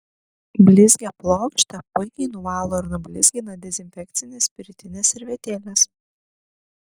blizgią plokštę puikiai nuvalo ir nublizgina dezinfekcinės spiritinės servetėlės